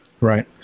Right